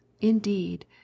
indeed